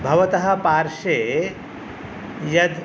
भवतः पार्श्वे यद्